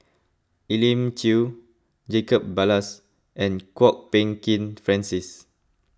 Elim Chew Jacob Ballas and Kwok Peng Kin Francis